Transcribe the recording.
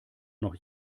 noch